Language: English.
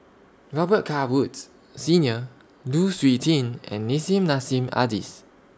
Robet Carr Woods Senior Lu Suitin and Nissim Nassim Adis